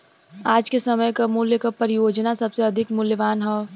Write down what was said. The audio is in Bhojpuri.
आज के समय क मूल्य क परियोजना सबसे अधिक मूल्यवान हौ